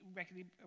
regularly